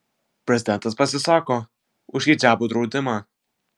prezidentas pasisako už hidžabų draudimą